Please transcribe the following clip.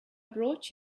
brought